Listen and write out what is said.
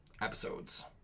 episodes